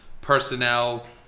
personnel